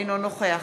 אינו נוכח